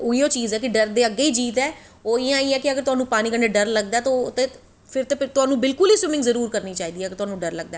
ते उऐ चीज़ ऐ कि डर दे अग्गैं जीत ऐ ते ओह् इयां ऐ कि अगर पानी कन्नैं तुहानू डर लगदा ऐ ते फिर ते तोआनू स्बिमिंग जरूर करनी चाही दी ऐ कि तुहानू डर लगदा ऐ